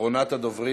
אחרונת הדוברים.